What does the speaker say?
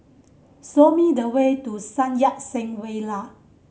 show me the way to Sun Yat Sen Villa